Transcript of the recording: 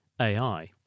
AI